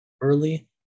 early